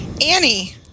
Annie